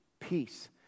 peace